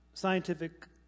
Scientific